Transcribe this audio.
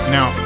Now